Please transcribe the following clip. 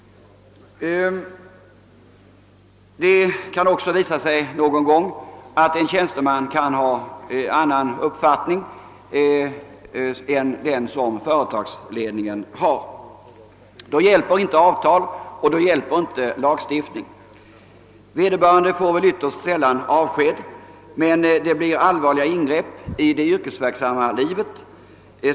Det kan också någon gång visa sig att en tjänsteman kan ha annan uppfattning än företagsledningen. Då hjälper varken avtal eller lagstiftning. Vederbörande får ytterst sällan avsked, men det blir allvarliga ingrepp i hans yrkesverksamma liv.